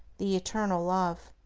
the eternal love.